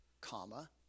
comma